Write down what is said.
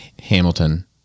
Hamilton